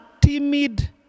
timid